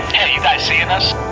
hey, you guys seeing this?